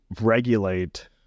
regulate